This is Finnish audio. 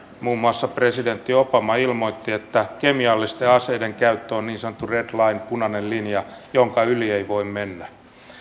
muun muassa presidentti obama ilmoitti että kemiallisten aseiden käyttö on niin sanottu red line punainen linja jonka yli ei voi mennä